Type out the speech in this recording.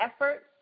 efforts